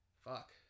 Fuck